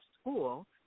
School